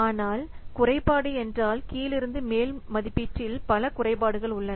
ஆனால் குறைபாடு என்றால் கீழிருந்து மேல் மதிப்பீட்டில் பல குறைபாடுகள் உள்ளன